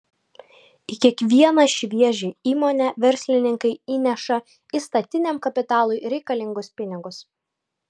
į kiekvieną šviežią įmonę verslininkai įneša įstatiniam kapitalui reikalingus pinigus